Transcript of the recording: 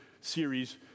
series